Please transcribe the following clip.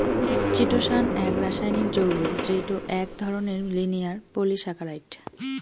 chitosan এক রাসায়নিক যৌগ্য যেইটো এক ধরণের লিনিয়ার পলিসাকারাইড